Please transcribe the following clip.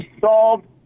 solved